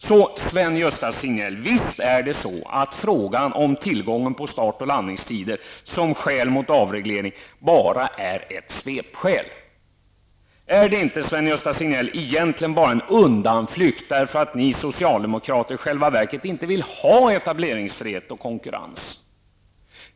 Visst är det så, Sven-Gösta Signell, att frågan om tillgången på start och landningstider som skäl mot avreglering bara är ett svepskäl. Är det inte, Sven Gösta Signell, egentligen bara en undanflykt, därför att ni socialdemokrater i själva verket inte vill ha etableringsfrihet och konkurrens?